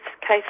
case